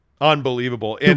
Unbelievable